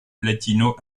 latino